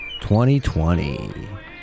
2020